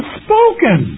spoken